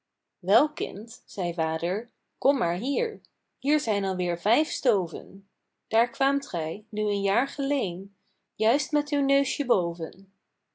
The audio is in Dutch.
wel kind zei vader kom maar hier hier zijn alweer vijf stoven daar kwaamt gij nu een jaar geleên juist met uw neusje boven